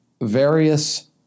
various